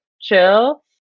chill